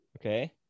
Okay